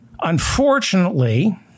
Unfortunately